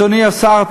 אדוני השר,